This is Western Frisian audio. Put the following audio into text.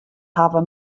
hawwe